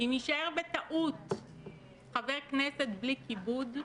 אם יישאר בטעות חבר כנסת בלי כיבוד,